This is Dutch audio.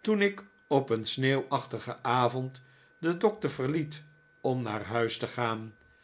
toen ik op een sneeuwachtigen avond den doctor verliet om naar huis te gaan